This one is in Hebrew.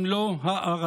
אם לא הערצה.